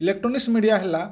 electronics media ହେଲା